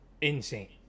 insane